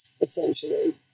essentially